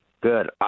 Good